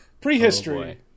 Prehistory